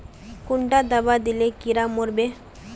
कुंडा दाबा दिले कीड़ा मोर बे?